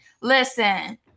Listen